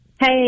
hey